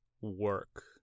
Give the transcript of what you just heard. work